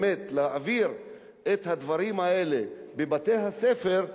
להעביר את הדברים האלה בבתי-הספר,